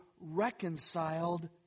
reconciled